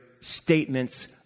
statements